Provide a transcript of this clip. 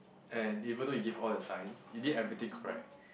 and even though you give all the signs you did everything correct